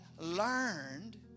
learned